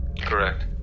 Correct